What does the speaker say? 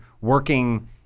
working